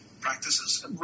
practices